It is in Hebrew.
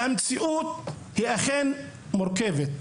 המציאות מורכבת,